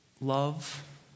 love